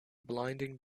blinding